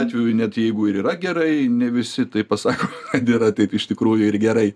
atveju net jeigu ir yra gerai ne visi tai pasako kad yra taip iš tikrųjų ir gerai